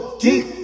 deep